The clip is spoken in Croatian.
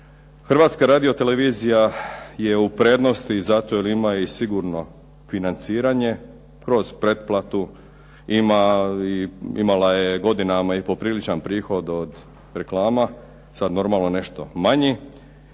mora odraditi. HRT je u prednosti zato jer ima i sigurno financiranje kroz pretplatu, imala je godinama i popriličan prihod od reklama, sad normalno nešto manji.